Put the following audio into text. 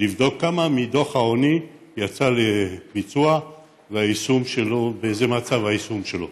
ולבדוק כמה מדוח העוני יצא לביצוע ומה מצב היישום שלו.